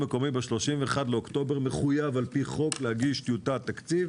ב-31 באוקטובר השלטון המקומי מחויב על פי חוק להגיש טיוטת תקציב